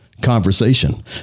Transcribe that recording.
conversation